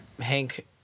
Hank